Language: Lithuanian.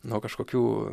nuo kažkokių